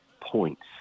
points